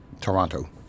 Toronto